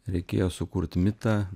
reikėjo sukurt mitą